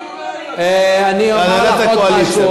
כל עוד אין להם דיור, בהנהלת הקואליציה, בסדר.